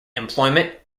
employment